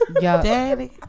Daddy